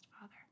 Father